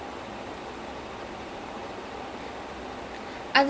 Soorarai Potru potru is coming out in two weeks are you gonna watch